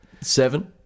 seven